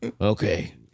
Okay